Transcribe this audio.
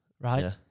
right